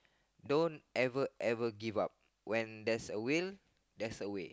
don't ever ever give up when there's a will there's a way